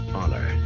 honor